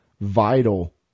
vital